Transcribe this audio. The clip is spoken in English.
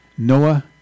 Noah